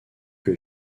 que